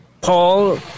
Paul